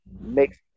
makes